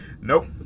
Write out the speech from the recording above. Nope